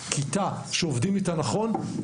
כיתה שעובדים איתה נכון,